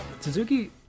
Suzuki